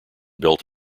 built